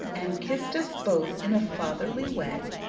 and kissed us both in a fatherly way,